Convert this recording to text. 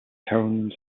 tones